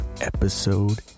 episode